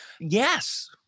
Yes